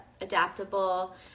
adaptable